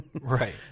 Right